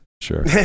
Sure